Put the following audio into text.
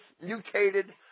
mutated